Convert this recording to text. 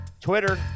Twitter